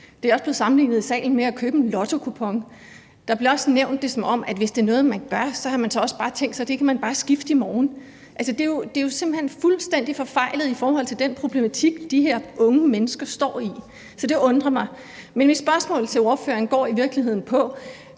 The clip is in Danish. salen også blevet sammenlignet med at købe en lottokupon, og det blev også nævnt, at man, hvis det er noget, man gør, så også bare har tænkt sig, at det kan man skifte i morgen. Altså, det er jo simpelt hen fuldstændig forfejlet i forhold til den problematik, de her unge mennesker står i. Så det undrer mig. Men mit spørgsmål til ordføreren går i virkeligheden på: